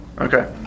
Okay